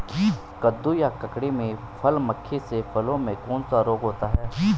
कद्दू या ककड़ी में फल मक्खी से फलों में कौन सा रोग होता है?